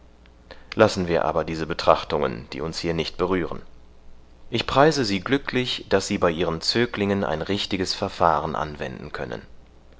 lassen wir aber diese betrachtungen die uns hier nicht berühren ich preise sie glücklich daß sie bei ihren zöglingen ein richtiges verfahren anwenden können